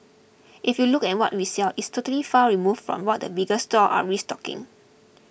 if you look at what we sell it's totally far removed from what the bigger stores are restocking